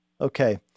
Okay